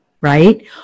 right